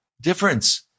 Difference